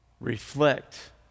reflect